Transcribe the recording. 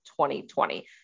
2020